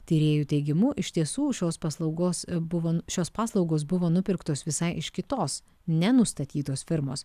tyrėjų teigimu iš tiesų šios paslaugos e buvo šios paslaugos buvo nupirktos visai iš kitos nenustatytos firmos